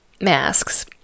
masks